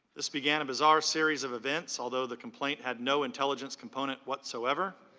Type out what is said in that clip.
this began a bizarre series of events although the complaint had no intelligence component whatsoever,